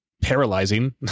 Paralyzing